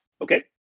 Okay